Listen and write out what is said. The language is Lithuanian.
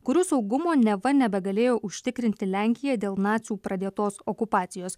kurių saugumo neva nebegalėjo užtikrinti lenkija dėl nacių pradėtos okupacijos